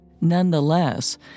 Nonetheless